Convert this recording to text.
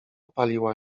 paliła